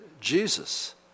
Jesus